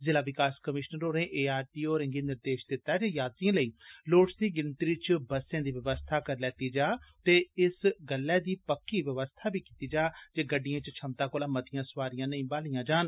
जिला विकास कमीश्नर होरें आरटीओ होरेंगी निर्देश दित्ता जे यात्रिएं लेई लोढ़चदी गिनतरी च बस्से दी व्यवस्था करी लैत्ती जा ते इस गल्लै दी पक्की व्यवस्था बी जे गड्डिएं च छमता कोला मतियां सोआरियां नेंई बाहलियां जान